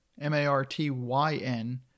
M-A-R-T-Y-N